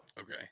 okay